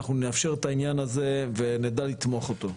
אנחנו נאפשר את העניין הזה ונדע לתמוך אותו.